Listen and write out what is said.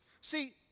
See